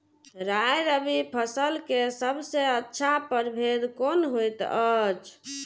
राय रबि फसल के सबसे अच्छा परभेद कोन होयत अछि?